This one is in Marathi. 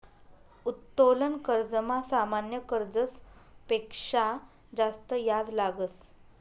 उत्तोलन कर्जमा सामान्य कर्जस पेक्शा जास्त याज लागस